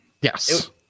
Yes